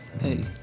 Hey